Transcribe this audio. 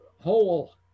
whole